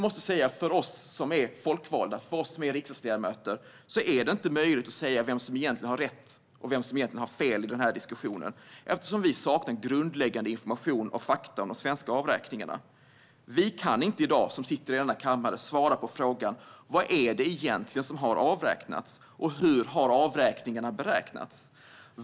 Men för oss folkvalda, för oss riksdagsledamöter, är det inte möjligt att säga vem som har rätt och vem som har fel i diskussionen eftersom vi saknar grundläggande information och fakta om de svenska avräkningarna. Vi som sitter i denna kammare i dag kan inte besvara frågan om vad som egentligen har avräknats och hur avräkningarna har beräknats.